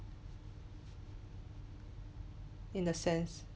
in a sense